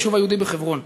היישוב היהודי בחברון.